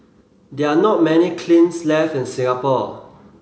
there are not many kilns left in Singapore